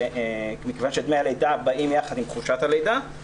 כי דמי הלידה באים יחד עם חופשת הלידה.